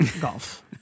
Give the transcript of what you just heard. golf